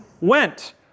went